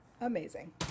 Amazing